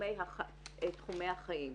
תחומי החיים.